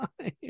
time